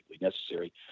necessary